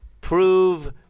Prove